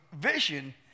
vision